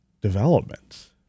developments